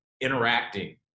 interacting